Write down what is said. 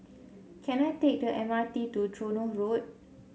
can I take the M R T to Tronoh Road